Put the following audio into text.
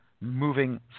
moving